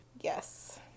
Yes